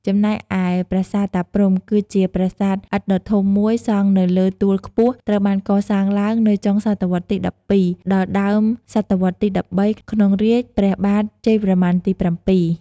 ចំណែកឯ ប្រាសាទតាព្រហ្ម គឺជាប្រាសាទឥដ្ឋដ៏ធំមួយសង់នៅលើទួលខ្ពស់ ត្រូវបានកសាងឡើងនៅ ចុងសតវត្សរ៍ទី ១២ ដល់ដើមសតវត្សរ៍ទី ១៣ ក្នុងរាជ្យព្រះបាទជ័យវរ្ម័នទី ៧។